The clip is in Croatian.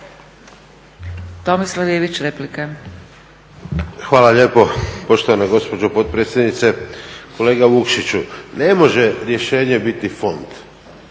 Tomislav (HDZ)** Hvala lijepo poštovana gospođo potpredsjednice. Kolega Vukšiću, ne može rješenje biti fond,